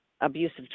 abusive